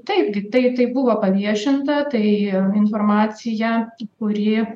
taipgi tai tai buvo paviešinta tai informacija kuri